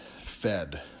fed